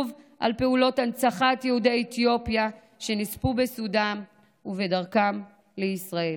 לפעולות הנצחת יהודי אתיופיה שנספו בסודאן ובדרכם לישראל.